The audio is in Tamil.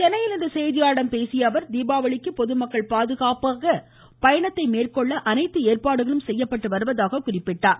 சென்னையில் இன்று செய்தியாளர்களிடம் பேசிய அவர் தீபாவளிக்கு பொதுமக்கள் பாதுகாப்பாக பயணம் மேற்கொள்ள அனைத்து ஏற்பாடுகளும் செய்யப்பட்டு வருவதாகவும் குறிப்பிட்டார்